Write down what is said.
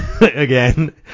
again